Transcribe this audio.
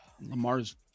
Lamar's